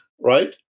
right